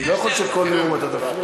אני לא יכול שכל נאום אתה תפריע.